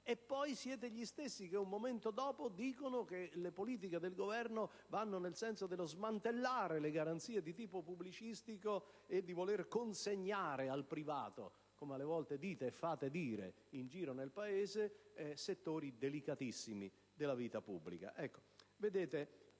ma poi siete gli stessi che, un momento dopo, dicono che le politiche del Governo vanno nel senso dello smantellamento delle garanzie di tipo pubblicistico volendo consegnare al privato - come alle volte dite e fate dire in giro nel Paese - settori delicatissimi della vita pubblica.